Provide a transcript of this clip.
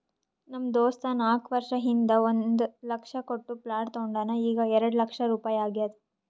ನಮ್ ದೋಸ್ತ ನಾಕ್ ವರ್ಷ ಹಿಂದ್ ಒಂದ್ ಲಕ್ಷ ಕೊಟ್ಟ ಪ್ಲಾಟ್ ತೊಂಡಾನ ಈಗ್ಎರೆಡ್ ಲಕ್ಷ ರುಪಾಯಿ ಆಗ್ಯಾದ್